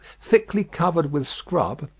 thickly covered with scrub,